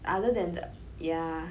other than the ya